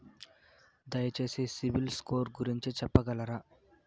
దయచేసి CIBIL score గురించి చెప్పగలరా?